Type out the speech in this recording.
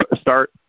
start